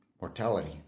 mortality